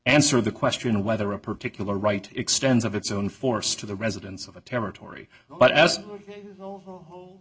answer the question of whether a particular right extends of its own force to the residents of a territory but as